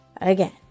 Again